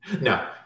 No